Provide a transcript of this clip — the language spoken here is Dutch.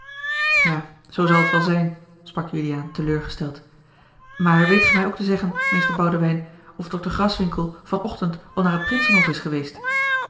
ja zoo zal het wel zijn sprak juliaan teleurgesteld maar weet ge mij ook te zeggen meester boudewijn of dokter graswickel van ochtend al naar t princenhof is geweest